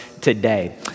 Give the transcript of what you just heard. today